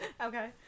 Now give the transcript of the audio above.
Okay